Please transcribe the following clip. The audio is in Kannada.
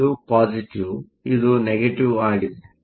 ಇದು ಪಾಸಿಟಿವ್Positive ಇದು ನೆಗೆಟಿವ್ ಆಗಿದೆ